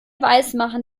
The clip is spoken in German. weismachen